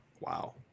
Wow